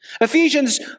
Ephesians